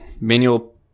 manual